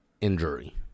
injury